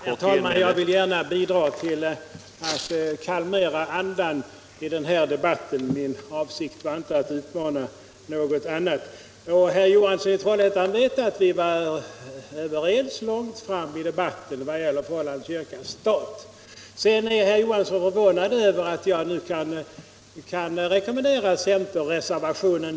Herr talman! Jag vill gärna bidra till att kalmera andan i denna debatt. Min avsikt var inte motsatsen. Herr Johansson i Trollhättan vet att vi långt fram i debatten var överens om förhållandet stat-kyrka. Herr Johansson är förvånad över att jag kan rekommendera centerreservationer.